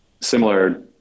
similar